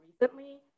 recently